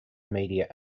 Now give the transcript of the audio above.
media